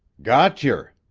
got yer!